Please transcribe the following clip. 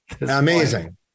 amazing